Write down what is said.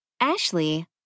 Ashley